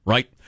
Right